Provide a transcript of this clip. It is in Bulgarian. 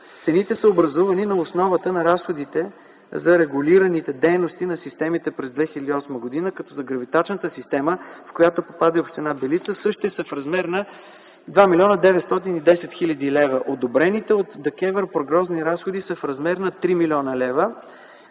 Цените се образувани на основата на разходите за регулираните дейности на системите през 2008 г. като за гравитачната система, в която попада и община Белица, същите са в размер на 2 млн. 910 хил. лв. Одобрените от ДКВЕР прогнозни разходи са в размер на 3 млн. лв.,